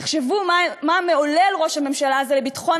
תחשבו מה מעולל ראש הממשלה הזה לביטחון